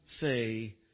say